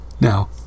Now